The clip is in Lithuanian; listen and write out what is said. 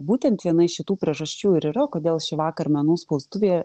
būtent viena iš šitų priežasčių ir yra kodėl šįvakar menų spaustuvėje